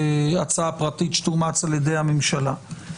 הצעה פרטית שתאומץ על-ידי הממשלה.